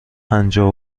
پنجاه